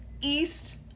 east